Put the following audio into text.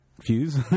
fuse